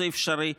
זה אפשרי.